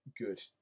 good